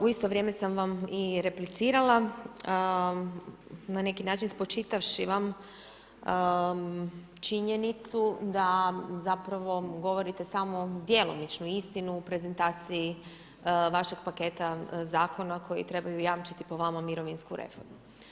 U isto vrijeme sam vam i replicirala, na neki način spočitavši vam činjenicu da zapravo govorite samo djelomičnu istinu u prezentaciji vašeg paketa zakona koji trebaju jamčiti po vama mirovinsku reformu.